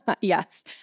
Yes